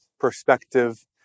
perspective